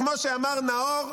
כמו שאמר נאור,